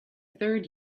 third